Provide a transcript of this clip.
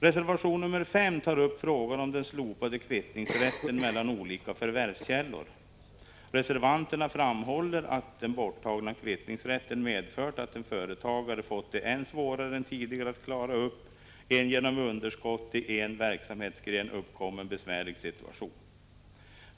Reservation 5 avser frågan om den slopade kvittningsrätten mellan olika förvärvskällor. Reservanterna framhåller att den borttagna kvittningsrätten kan medföra att en företagare får det ännu svårare än tidigare att klara upp en genom underskott i en verksamhetsgren uppkommen besvärlig situation.